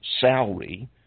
salary